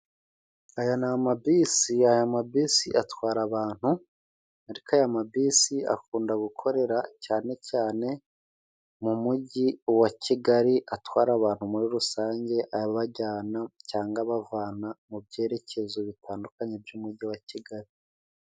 Aya ni amabisi. Aya mabisi atwara abantu. Ariko aya mabisi akunda gukorera cyane cyane mu mujyi wa Kigali atwara abantu muri rusange abajyana cyangwa abavana mu byerekezo bitandukanye by'umujyi wa Kigali.